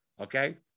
okay